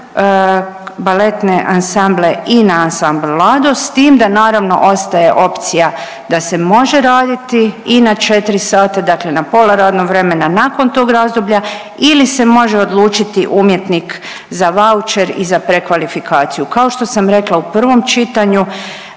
baletne ansamble i na ansambl LADO s tim da naravno ostaje opcija da se može raditi i na 4 sata, dakle na pola radnog vremena nakon tog razdoblja ili se može odlučiti umjetnik za vaučer i za prekvalifikaciju. Kao što sam rekla u prvom čitanju,